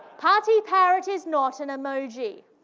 party parrot is not an emoji.